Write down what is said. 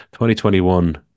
2021